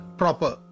proper